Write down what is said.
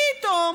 פתאום,